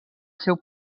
seu